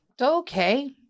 Okay